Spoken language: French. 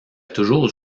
toujours